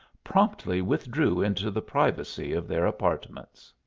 promptly withdrew into the privacy of their apartments.